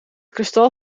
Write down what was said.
kristal